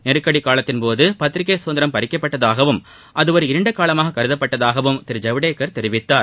நெருக்கடி காலத்தின் போது பத்திரிக்கை கதந்திரம் பறிக்கப்பட்டதாகவும் அது ஒரு இருண்ட காலமாக கருத்தப்பட்டதாகவும் திரு ஜவடேகர் தெரிவித்தார்